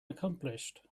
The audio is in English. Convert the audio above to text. accomplished